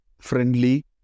friendly